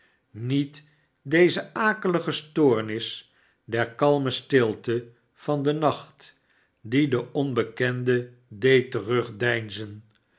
niet deze akelige stoornis der kalme stilte van den nacht die den onbekende deed terugdeinzen